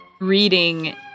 reading